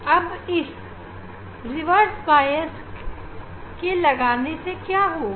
अब इस reverse bias के लगाने से क्या होगा